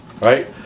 Right